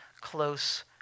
close